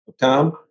Tom